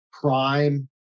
Prime